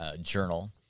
journal